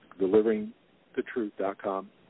deliveringthetruth.com